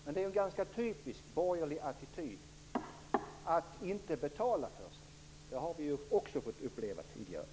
Men det är en ganska typisk borgerlig attityd att inte betala för sig. Det har vi också fått uppleva tidigare.